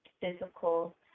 physical